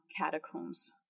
catacombs